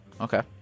Okay